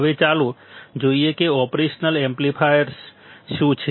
હવે ચાલો જોઈએ કે ઓપરેશનલ એમ્પ્લીફાયર્સ શું છે